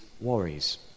worries